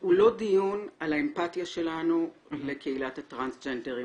הוא לא דיון על האמפתיה שלנו לקהילת הטרנסג'נדרים.